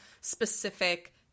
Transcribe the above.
specific